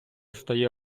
стає